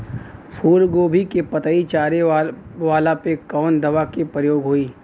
फूलगोभी के पतई चारे वाला पे कवन दवा के प्रयोग होई?